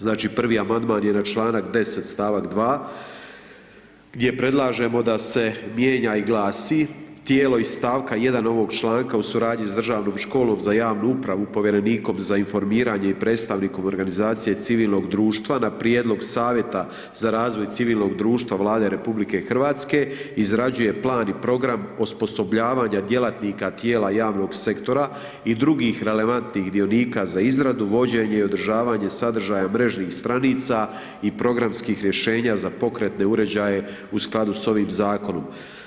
Znači 1 amandman je na članak 10. stavak 2 gdje prilažemo da se mijenja i glasi, tijelo iz stavka 1 ovog članka, u suradnji s držanom školom za javnu upravu povjerenikom za informiranje i predstavnikom organizacije civilnog društva na prijedlog savjeta za razvoj civilnog društva vlade RH izrađuje plan i program osposobljavanja djelatnika tijela javnog sektora i drugih relevantnih dionika za izradu, vođenje i održavanje sadržaja mrežnih st ranica i programskih rješenja za pokretne uređaje u skladu s ovim zakonom.